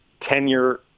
tenure